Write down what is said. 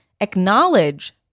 acknowledge